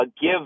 give